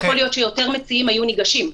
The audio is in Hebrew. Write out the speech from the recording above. יכול להיות שיותר מציעים היו ניגשים.